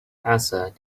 answered